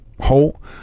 whole